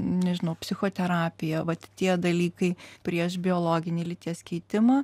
nežinau psichoterapija vat tie dalykai prieš biologinį lyties keitimą